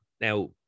now